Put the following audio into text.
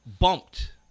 bumped